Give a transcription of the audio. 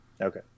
Okay